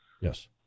Yes